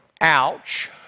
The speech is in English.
Ouch